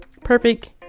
perfect